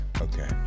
Okay